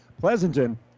Pleasanton